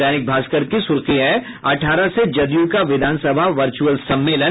दैनिक भास्कर की सुर्खी है अठारह से जदयू का विधानसभा वचुर्अल सम्मेलन